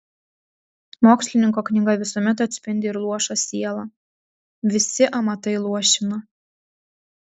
mokslininko knyga visuomet atspindi ir luošą sielą visi amatai luošina